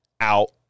out